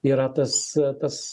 yra tas tas